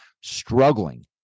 struggling